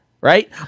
right